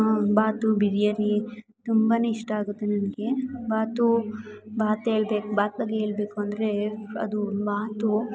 ಬಾತು ಬಿರಿಯಾನಿ ತುಂಬ ಇಷ್ಟ ಆಗುತ್ತೆ ನನಗೆ ಬಾತು ಬಾತ್ ಹೇಳ್ಬೇಕ್ ಬಾತ್ ಬಗ್ಗೆ ಹೇಳ್ಬೇಕು ಅಂದರೆ ಅದು ಬಾತು